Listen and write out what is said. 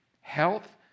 Health